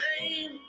name